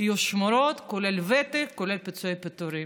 יהיו שמורות, כולל ותק, כולל פיצויי פיטורים.